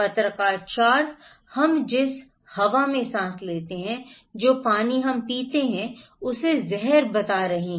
पत्रकार 4 हम जिस हवा में सांस लेते हैं जो पानी हम पीते हैं उसे जहर बता रहे हैं